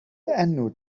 enw